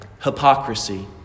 hypocrisy